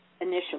initially